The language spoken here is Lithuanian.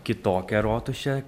kitokią rotušę